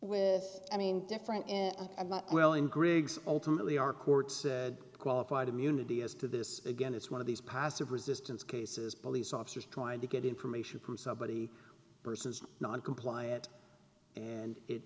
mean different well in griggs ultimately our courts qualified immunity as to this again it's one of these passive resistance cases police officers trying to get information from somebody versus non compliant and